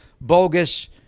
bogus